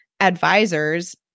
advisors